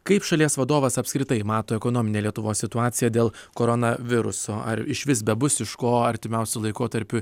kaip šalies vadovas apskritai mato ekonominę lietuvos situaciją dėl koronaviruso ar išvis bebus iš ko artimiausiu laikotarpiu